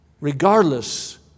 regardless